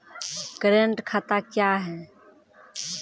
Current खाता क्या हैं?